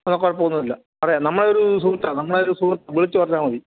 ആ കുഴപ്പം ഒന്നും ഇല്ല പറയാം നമ്മളെ ഒരു സുഹൃത്താണ് നമ്മളെ ഒരു സുഹൃത്താണ് വിളിച്ച് പറഞ്ഞാൽ മതി